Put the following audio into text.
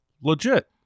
legit